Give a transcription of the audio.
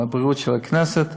הרווחה והבריאות של הכנסת.